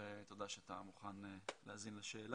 תודה על העשייה ותודה שאתה מוכן להאזין לשאלה.